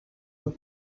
have